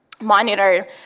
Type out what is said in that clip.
monitor